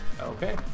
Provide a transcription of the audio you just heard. Okay